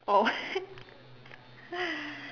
oh